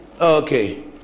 okay